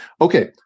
okay